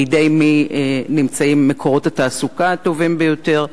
בידי מי נמצאים מקורות התעסוקה הטובים ביותר?